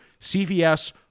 cvs